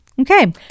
Okay